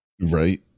right